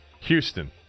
Houston